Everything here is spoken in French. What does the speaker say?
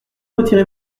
retirer